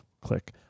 click